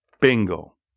Bingo